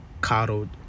coddled